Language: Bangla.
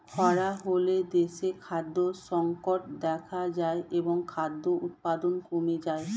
খরা হলে দেশে খাদ্য সংকট দেখা যায় এবং খাদ্য উৎপাদন কমে যায়